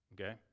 okay